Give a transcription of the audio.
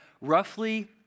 roughly